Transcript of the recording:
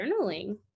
journaling